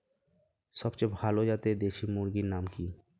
সবচেয়ে ভালো জাতের দেশি মুরগির নাম কি?